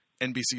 NBC